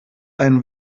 einen